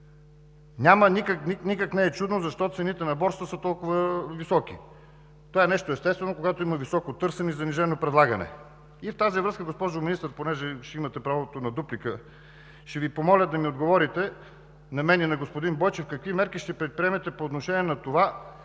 62%. Никак не е чудно защо цените на борсата са толкова високи – това е нещо естествено, когато има високо търсене и занижено предлагане. В тази връзка, госпожо Министър, понеже ще имате правото на дуплика, ще Ви помоля да отговорите на мен, и на господин Бойчев: какви мерки ще предприемете по отношение на това